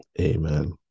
Amen